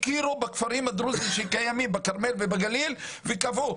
הכירו בכפרים הדרוזים שקיימים בכרמל ובגליל וקבעו,